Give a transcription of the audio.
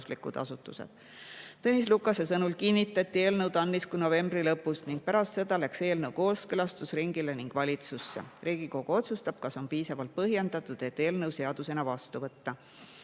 asutused. Tõnis Lukase sõnul kinnitati eelnõu TAN-is novembri lõpus ning pärast seda läks eelnõu kooskõlastusringile ning valitsusse. Riigikogu otsustab, kas on piisavalt põhjendatud, et eelnõu seadusena vastu võtta.